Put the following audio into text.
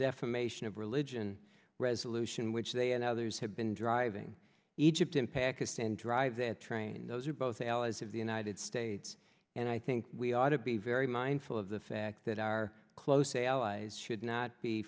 defamation of religion resolution which they and others have been driving egypt in pakistan drive that train those are both allies of the united states and i think we ought to be very mindful of the fact that our close allies should not be